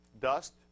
dust